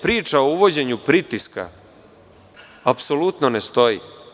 Priča o uvođenju pritiska apsolutno ne stoji.